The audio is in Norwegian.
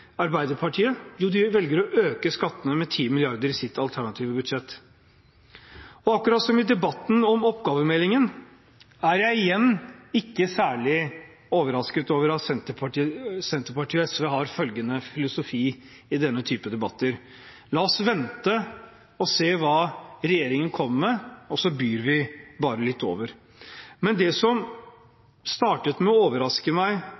Arbeiderpartiet? Jo, de velger å øke skattene med 10 mrd. kr i sitt alternative budsjett. Og akkurat som i debatten om oppgavemeldingen, er jeg igjen ikke særlig overrasket over at Senterpartiet og SV har følgende filosofi i denne typen debatter: La oss vente å se hva regjeringen kommer med, og så byr vi bare litt over. Men det som startet med å overraske meg